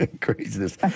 Craziness